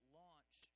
launch